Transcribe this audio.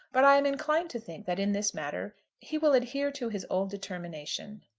but i am inclined to think that in this matter he will adhere to his old determination.